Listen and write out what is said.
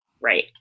Right